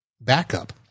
backup